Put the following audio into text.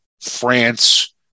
France